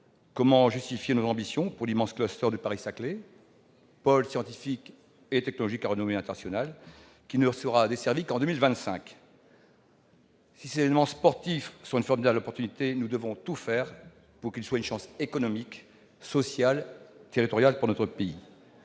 comment justifier nos ambitions pour l'immense de Paris-Saclay, pôle scientifique et technologique à renommée internationale, qui ne sera desservi qu'en 2025 ? Si ces événements sportifs sont une formidable opportunité, nous devons tout faire pour qu'ils soient une chance économique, sociale et territoriale pour notre pays.